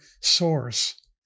source